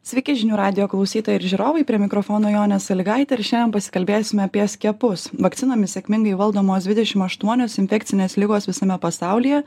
sveiki žinių radijo klausytojai ir žiūrovai prie mikrofono jonė sąlygaitė ir šian pasikalbėsime apie skiepus vakcinomis sėkmingai valdomos didešim aštuonios infekcinės ligos visame pasaulyje